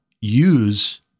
use